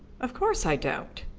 of course i don't.